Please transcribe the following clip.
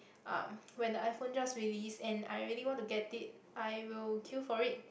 um when the iPhone just release and I really want to get it I will queue for it